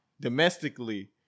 Domestically